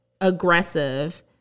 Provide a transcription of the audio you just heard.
aggressive